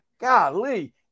golly